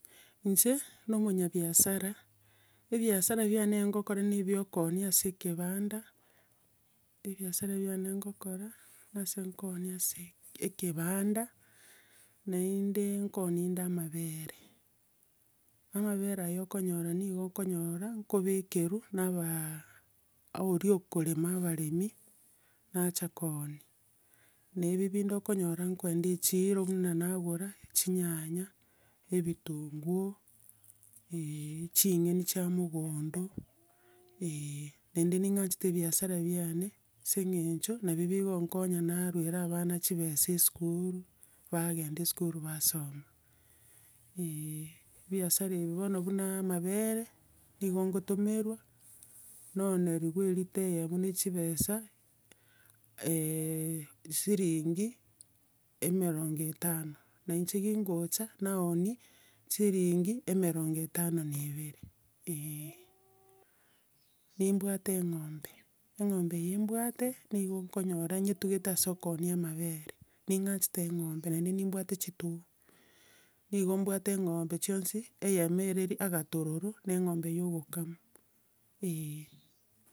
Inche. na omanyabiasara, ebiasara biane nkokora na bia okoonia ase ekebanda, ebiasara biane nkokora, na ase nkoonia ase ekebanda, naende nkoonia ande amabere. Amabere aya okonyora nigo okonyora, nkobekerwa nabaa, oria okorema abaremia nacha koonia. Nebi binde okonyora nkogenda echiro buna nagora chinyanya, ebitunguo, ching'eni chia mogondo, eh, naende ning'anchete ebiasara biane ase eng'encho nabi bikonkonya narwera abana chibesa esukuru, bagenda esukuru basoma, eh. Ebiasara ebi buna bono amabere, nigo nkotomerwa, naoneriwa erita eyemo na chibesa, siringi, emerongo etano, nainche kingocha, naonia siringi emerongo etano na ebere, eh nimbwate eng'ombe, eng'ombe eye mbwate nigo okonyora nyetugete ase okoonia amabere, ning'anchete eng'ombe naende nimbwate chitugo. Nigo nimbwate eng'ombe chionsi, eyemo eye ri agatororo, na eng'ombe ya ogokama, eeh.